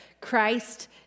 Christ